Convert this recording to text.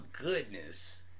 goodness